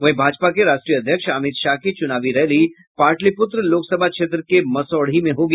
वहीं भाजपा के राष्ट्रीय अध्यक्ष अमित शाह की चूनावी रैली पाटलिप्त्र लोकसभा क्षेत्र के मसौढ़ी में होगी